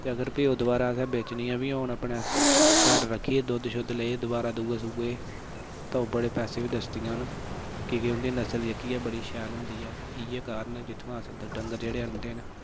ते अगर फ्ही दोबारा अस बेचनियां बी होन तां अपने घर रक्खियै दुबारै दूद्ध शुद्ध लेइयै दूए सूहे च तां ओह् बड़े पैसे बी दसदियां न की के उं'दी नस्ल जेह्की बड़ी शैल होंदी ऐ इ'यै कारण ऐ जित्थुआं दा अस डंगर होंदे